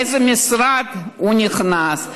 לאיזה משרד הוא נכנס.